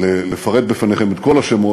בפניכם את כל השמות,